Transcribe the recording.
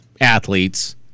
athletes